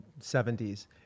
70s